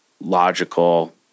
logical